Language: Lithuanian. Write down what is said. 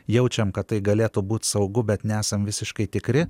jaučiam kad tai galėtų būt saugu bet nesam visiškai tikri